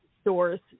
stores